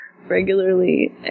regularly